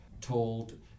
told